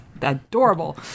adorable